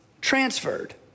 transferred